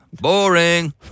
Boring